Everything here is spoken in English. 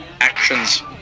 actions